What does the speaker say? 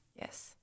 Yes